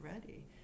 ready